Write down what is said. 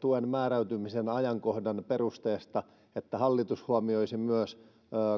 tuen määräytymisen ajankohdan perusteesta siten että hallitus huomioisi myös